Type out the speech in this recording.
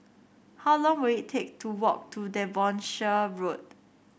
how long will it take to walk to Devonshire Road